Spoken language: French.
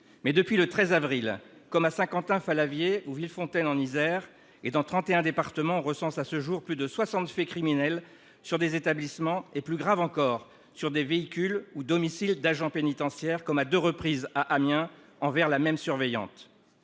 Mais depuis le 13 avril, comme à Saint-Quentin-Fallavier ou Villefontaine en Isère et dans 31 départements, on recense à ce jour plus de 60 faits criminels sur des établissements et plus grave encore sur des véhicules ou domiciles d'agents pénitentiaires comme à deux reprises à Amiens envers la même surveillance.